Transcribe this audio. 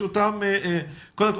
יש אותם הזכאים,